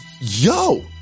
Yo